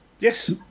Yes